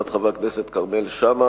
של חבר הכנסת כרמל שאמה,